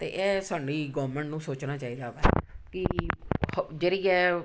ਅਤੇ ਇਹ ਸਾਡੀ ਗੌਰਮੈਂਟ ਨੂੰ ਸੋਚਣਾ ਚਾਹੀਦਾ ਹੈ ਕਿ ਹ ਜਿਹੜੀ ਹੈ